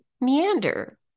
meander